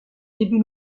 début